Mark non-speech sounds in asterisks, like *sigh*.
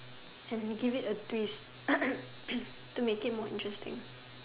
as in give it a twist *noise* to make it more interesting